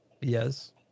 Yes